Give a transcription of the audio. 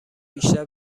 بیشتر